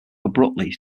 abruptly